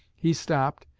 he stopped,